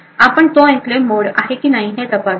आपण तो enclave mode आहे की नाही ते तपासतो